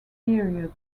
period